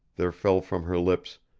there fell from her lips,